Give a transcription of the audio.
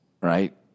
right